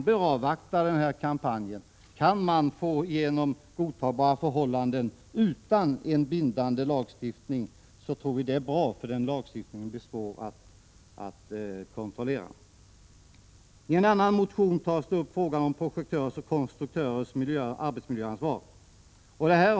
Vi tror att det är bra om man kan få igenom godtagbara förhållanden utan en bindande lagstiftning, eftersom den lagstiftningen blir svår att kontrollera. I en motion tas upp projektörers/konstruktörers arbetsmiljöansvar.